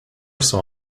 saw